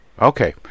Okay